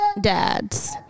dads